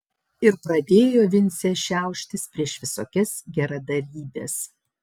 ir pradėjo vincė šiauštis prieš visokias geradarybes